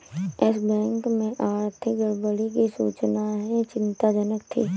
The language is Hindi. यस बैंक में आर्थिक गड़बड़ी की सूचनाएं चिंताजनक थी